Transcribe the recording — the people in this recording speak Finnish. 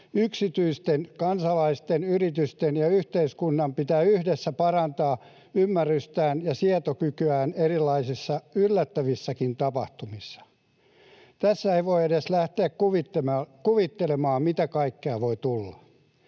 yksityisten kansalaisten, yritysten ja yhteiskunnan pitää yhdessä parantaa ymmärrystään ja sietokykyään erilaisissa yllättävissäkin tapahtumissa. Tässä ei voi edes lähteä kuvittelemaan, mitä kaikkea voi tulla.